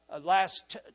last